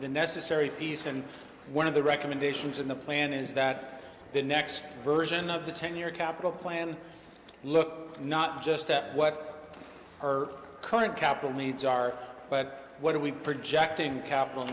the necessary piece and one of the recommendations in the plan is that the next version of the ten year capital plan look not just at what our current capital needs are but what are we projecting the capital